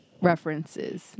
references